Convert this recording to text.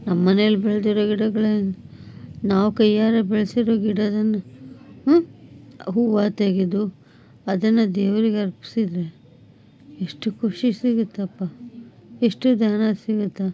ನಮ್ಮನೆಲಿ ಬೆಳೆದಿರೊ ಗಿಡಗ್ಳೇನು ನಾವು ಕೈಯಾರೆ ಬೆಳೆಸಿರೊ ಗಿಡದ ಹೂವು ತೆಗೆದು ಅದನ್ನು ದೇವ್ರಿಗೆ ಅರ್ಪಿಸಿದ್ರೆ ಎಷ್ಟು ಖುಷಿ ಸಿಗುತ್ತಪ್ಪ ಎಷ್ಟು ಧನ ಸಿಗುತ್ತೆ